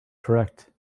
correct